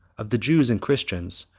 of the jews and christians,